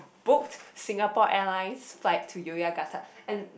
booked Singapore Airlines flight to Yogyakarta and